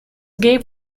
gave